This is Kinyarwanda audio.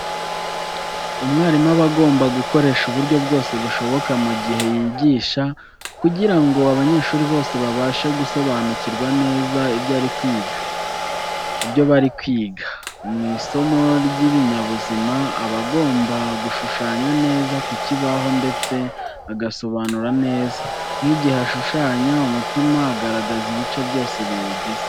Umwarimu aba agomba gukoresha uburyo bwose bushoboka mu gihe yigisha kugira ngo abanyeshuri bose babashe gusobanukirwa neza ibyo bari kwiga. Mu isomo ry'ibinyabuzima aba agomba gushushanya neza ku kibaho, ndetse agasobanura neza. Nk'igihe ashushanya umutima agaragaza ibice byose biwugize.